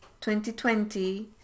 2020